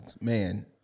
Man